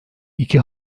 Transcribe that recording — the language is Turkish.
iki